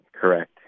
Correct